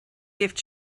gift